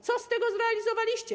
Co z tego zrealizowaliście?